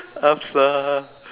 upz lah